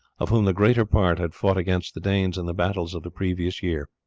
of whom the greater part had fought against the danes in the battles of the previous year.